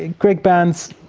and greg barns,